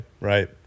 right